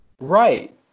Right